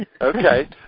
Okay